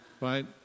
right